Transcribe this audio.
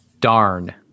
darn